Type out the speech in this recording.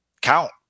count